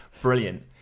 Brilliant